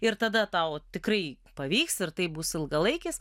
ir tada tau tikrai pavyks ir tai bus ilgalaikis